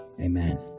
Amen